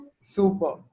Super